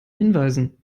hinweisen